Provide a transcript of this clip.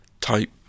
type